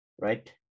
right